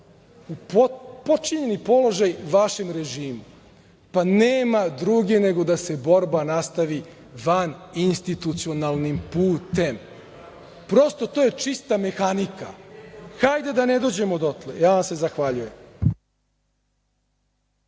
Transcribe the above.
u potčinjeni položaj vašem režimu, pa nema druge nego da se borba nastavi vaninstitucionalnim putem. Prosto, to je čista mehanika. Hajde da ne dođemo dotle. Ja vam se zahvaljujem.